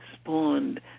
spawned